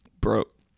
broke